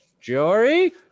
Jory